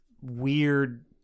weird